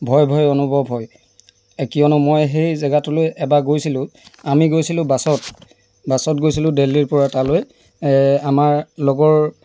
ভয় ভয় অনুভৱ হয় কিয়নো মই সেই জেগাটোলৈ এবাৰ গৈছিলো আমি গৈছিলোঁ বাছত বাছত গৈছিলোঁ দেল্লীৰপৰা তালৈ আমাৰ লগৰ